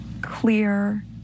clear